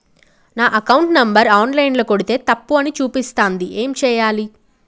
నా account number online ల కొడ్తే తప్పు అని చూపిస్తాంది ఏం చేయాలి?